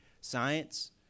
science